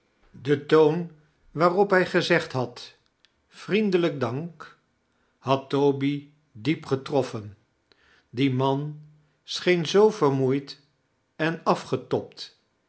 de toon waarop hij gezegd had vriendelijk dank had toby diep getroffen die man scheen zoo vermoeid en